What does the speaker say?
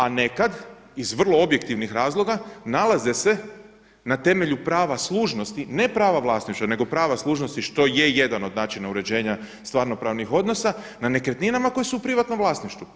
A nekad iz vrlo objektivnih razloga nalaze se, na temelju prava služnosti, ne prava vlasništva nego prava služnosti što je jedan od načina uređenja stvarno pravnih odnosa nad nekretninama koje su u privatnom vlasništvu.